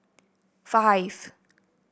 five